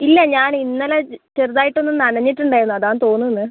ഇല്ല ഞാനിന്നലെ ചെറുതായിട്ടൊന്ന് നനഞ്ഞിട്ടുണ്ടായിരുന്നു അതാണെന്ന് തോന്നുന്നു